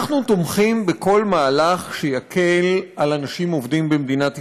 אנחנו תומכים בכל מהלך שיקל על אנשים עובדים במדינת ישראל,